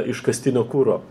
iškastinio kuro